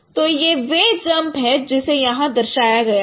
तो यह वह जंप है जिसे यहां दर्शाया गया है